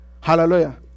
Hallelujah